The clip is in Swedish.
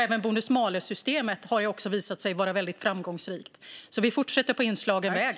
Även bonus malus-systemet har visat sig vara framgångsrikt. Vi fortsätter på inslagen väg.